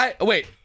Wait